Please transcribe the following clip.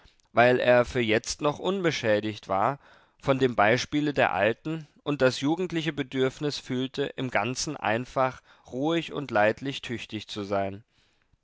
weil er für jetzt noch unbeschädigt war von dem beispiele der alten und das jugendliche bedürfnis fühlte im ganzen einfach ruhig und leidlich tüchtig zu sein